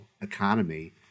economy